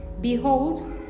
behold